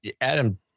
Adam